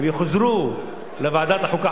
הם יוחזרו לוועדת החוקה,